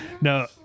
No